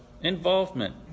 Involvement